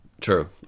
True